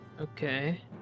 Okay